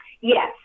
yes